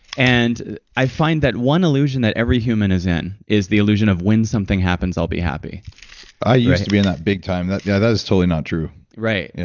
and i find that one illusion that every human is in is the illusion of when something happens i'll be happy i used to be in that big time. yeah, that is totally not true right yeah,